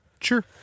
Sure